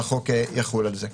והחוק יחול על זה.